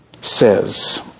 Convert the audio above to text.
says